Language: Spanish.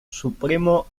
supremo